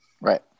Right